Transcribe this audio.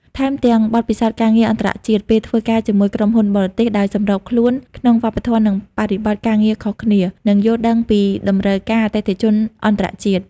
ថែមទាំង បទពិសោធន៍ការងារអន្តរជាតិ ពេលធ្វើការជាមួយក្រុមហ៊ុនបរទេស ដោយសម្របខ្លួនក្នុងវប្បធម៌និងបរិបទការងារខុសគ្នា និងយល់ដឹងពីតម្រូវការអតិថិជនអន្តរជាតិ។